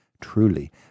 Truly